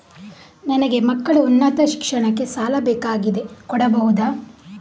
ನನಗೆ ಮಕ್ಕಳ ಉನ್ನತ ಶಿಕ್ಷಣಕ್ಕೆ ಸಾಲ ಬೇಕಾಗಿದೆ ಕೊಡಬಹುದ?